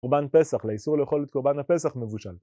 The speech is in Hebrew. קורבן פסח, לאיסור לאכול את קורבן הפסח מבושל.